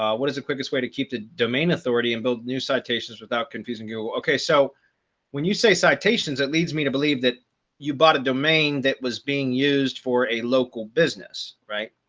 what is the quickest way to keep the domain authority and build new citations without confusing you? okay, so when you say citations, that leads me to believe that you bought a domain that was being used for a local business, right?